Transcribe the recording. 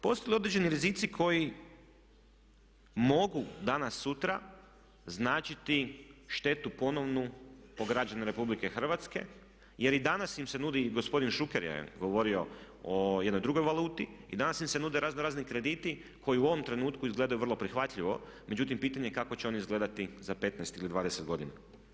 Postoje li određeni rizici koji mogu danas, sutra značiti štetu ponovnu po građane Republike Hrvatske jer i danas im se nudi, gospodin Šuker je govorio o jednoj drugoj valuti, i danas im se nude raznorazni krediti koji u ovom trenutku izgledaju vrlo prihvatljivo, međutim pitanje je kako će oni izgledati za 15 ili 20 godina?